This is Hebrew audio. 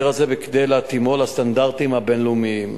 הזה כדי להתאימו לסטנדרטים הבין-לאומיים.